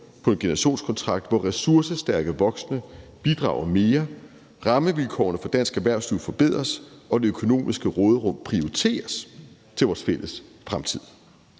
på en generationskontrakt, hvor ressourcestærke voksne bidrager mere, rammevilkårene for dansk erhvervsliv forbedres, og det økonomiske råderum prioriteres til vores fælles fremtid.